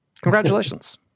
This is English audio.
congratulations